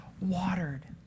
watered